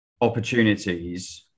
opportunities